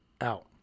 out